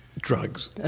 Drugs